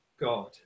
God